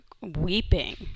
weeping